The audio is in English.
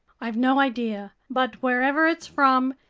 i've no idea. but wherever it's from,